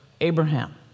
Abraham